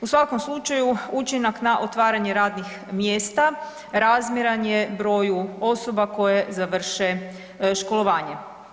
U svakom slučaju učinak na otvaranje radnih mjesta razmjeran je broju osoba koje završe školovanje.